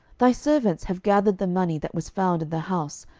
thy servants have gathered the money that was found in the house,